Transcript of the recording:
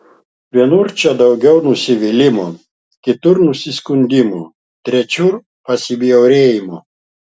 vienur čia daugiau nusivylimo kitur nusiskundimo trečiur pasibjaurėjimo